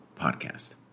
podcast